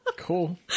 Cool